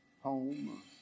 home